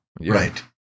Right